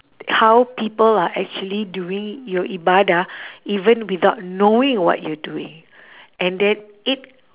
how people are actually doing your ibadah even without knowing what you're doing and then it